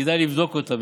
כדאי לבדוק אותה,